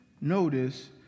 Notice